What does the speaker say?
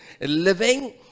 living